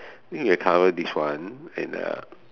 think I cover this one and uh